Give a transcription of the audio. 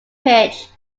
pitch